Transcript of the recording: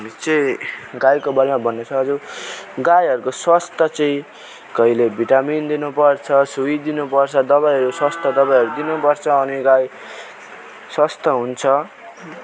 चाहिँ गाईको बारेमा भन्नु छ अरू गाईहरूको स्वास्थ्य चाहिँ कहिले भिटामिन दिनु पर्छ सुई दिनु पर्छ दबाईहरू सस्तो दबाईहरू दिनु पर्छ अनि गाई स्वास्थ्य हुन्छ